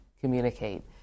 communicate